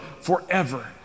forever